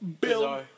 Bill